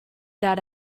that